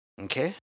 Okay